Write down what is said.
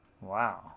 Wow